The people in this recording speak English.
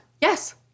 Yes